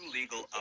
legal